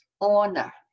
honor